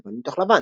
"לבן מתוך לבן".